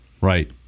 Right